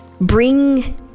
bring